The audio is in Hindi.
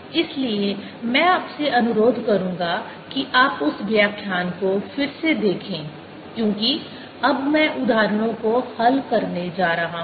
इसलिए मैं आपसे अनुरोध करूंगा कि आप उस व्याख्यान को फिर से देखें क्योंकि अब मैं उदाहरणों को हल करने जा रहा हूं